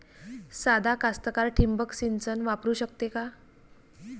सादा कास्तकार ठिंबक सिंचन वापरू शकते का?